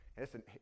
listen